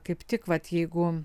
kaip tik vat jeigu